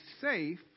safe